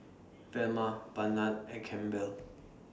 Velma Barnard and Campbell